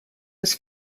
was